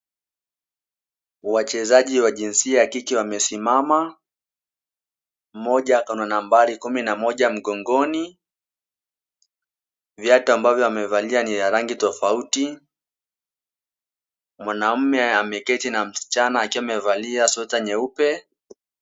Wachezaji wa jinsia ya kike wamesimama, mmoja ako na nambari kumi na moja mgongoni. Viatu ambavyo wamevalia ni ya rangi tofauti. Mwanaume ameketi na msichana akiwa amevalia sweta nyeupe.